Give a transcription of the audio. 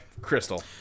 Crystal